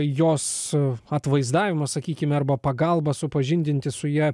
jos atvaizdavimą sakykime arba pagalbą supažindinti su ja